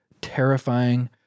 terrifying